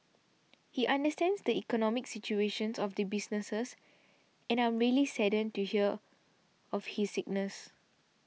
he understands the economic situation of the businesses and I'm really saddened to hear of his sickness